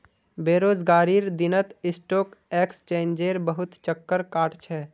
बेरोजगारीर दिनत स्टॉक एक्सचेंजेर बहुत चक्कर काट छ